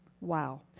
Wow